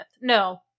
No